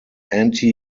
anti